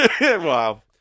Wow